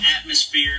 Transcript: atmosphere